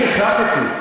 אני החלטתי.